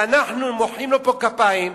ואנחנו מוחאים לו פה כפיים,